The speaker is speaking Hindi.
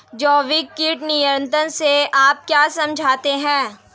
जैविक कीट नियंत्रण से आप क्या समझते हैं?